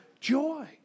joy